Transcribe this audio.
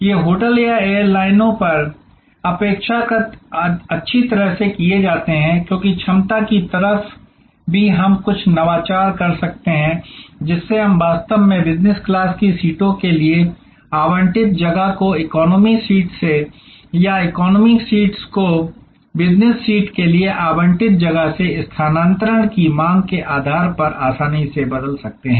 ये होटल या एयरलाइनों पर अपेक्षाकृत अच्छी तरह से किए जाते हैं क्योंकि क्षमता की तरफ भी हम कुछ नवाचार कर सकते हैं जिससे हम वास्तव में बिजनेस क्लास की सीटों के लिए आवंटित जगह को इकोनॉमी सीट्स से या इकोनॉमी सीट को बिजनेस सीट के लिए आवंटित जगह से स्थानांतरण की मांग के आधार पर आसानी से बदल सकते हैं